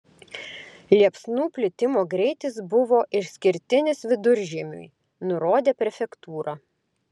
liepsnų plitimo greitis buvo išskirtinis viduržiemiui nurodė prefektūra